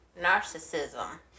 narcissism